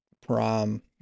Prime